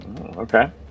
Okay